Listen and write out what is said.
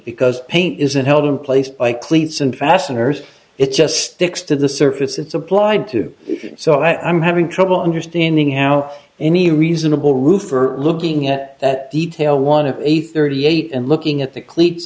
because pain isn't held in place by cleats and fasteners it just sticks to the surface it's applied to so i'm having trouble understanding how any reasonable roofer looking at that detail one of a thirty eight and looking at the cleats